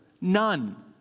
None